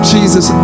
Jesus